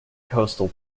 coastal